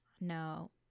No